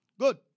Good